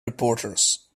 reporters